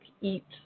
eat